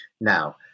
Now